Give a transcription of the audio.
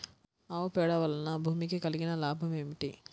ఆవు పేడ వలన భూమికి కలిగిన లాభం ఏమిటి?